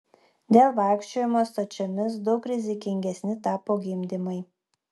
dėl vaikščiojimo stačiomis daug rizikingesni tapo gimdymai